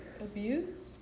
abuse